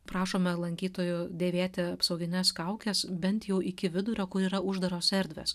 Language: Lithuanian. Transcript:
prašome lankytojų dėvėti apsaugines kaukes bent jau iki vidurio kur yra uždaros erdvės